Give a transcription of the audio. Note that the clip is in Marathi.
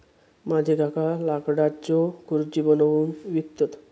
माझे काका लाकडाच्यो खुर्ची बनवून विकतत